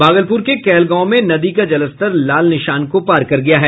भागलपुर के कहलगांव में नदी का जलस्तर लाल निशान को पार कर गया है